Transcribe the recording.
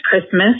Christmas